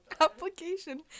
application